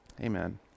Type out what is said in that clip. Amen